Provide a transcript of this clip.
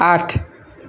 आठ